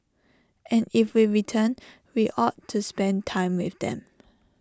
and if we return we ought to spend time with them